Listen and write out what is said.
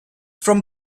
from